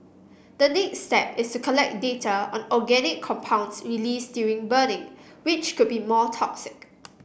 the next step is collect data on organic compounds released during burning which could be more toxic